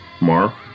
Mark